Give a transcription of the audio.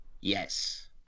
Yes